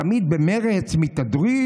תמיד במרצ מתהדרים: